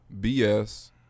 BS